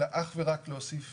אלא אך ורק להוסיף